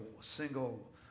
single